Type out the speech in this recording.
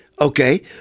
Okay